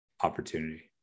opportunity